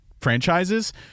franchises